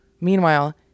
Meanwhile